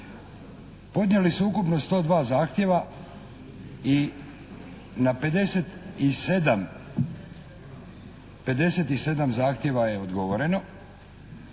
Podnijeli su ukupno 102 zahtjeva i na 57 zahtjeva je odgovoreno